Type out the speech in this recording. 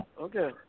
Okay